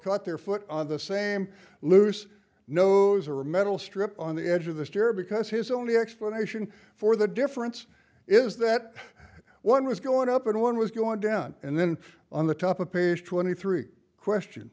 cut their foot on the same loose nose or a metal strip on the edge of the stair because his only explanation for the difference is that one was going up and one was going down and then on the top of page twenty three question